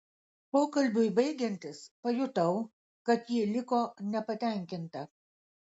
pokalbiui baigiantis pajutau kad ji liko nepatenkinta